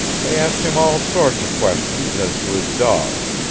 they asked him all sorts of questions as to his dog.